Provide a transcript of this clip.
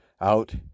out